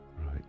Right